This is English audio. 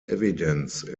evidence